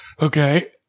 Okay